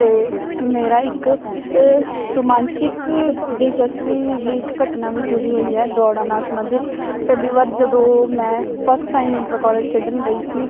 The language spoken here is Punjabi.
ਅਤੇ ਮੇਰਾ ਇੱਕ ਰੋਮਾਂਚਕ ਦਿਲਚਸਪੀ ਦੀ ਇੱਕ ਘਟਨਾ ਵੀ ਜੁੜੀ ਹੋਈ ਹੈ ਦੌੜਾਂ ਨਾਲ ਸੰਬੰਧਿਤ ਪਹਿਲੀ ਵਾਰ ਜਦੋਂ ਮੈਂ ਫਸਟ ਟਾਈਮ ਇੰਟਰ ਕੋਲੇਜ ਖੇਡਣ ਗਈ ਸੀ